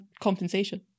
compensation